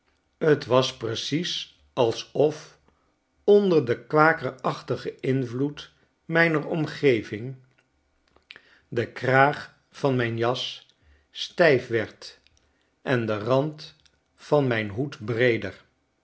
t was precies alsof onder den kwakerachtigen invloed mijner omgeving de kraag van mijn jas stijf werd en de rand van mijn hoed breeder